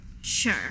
Sure